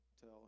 tell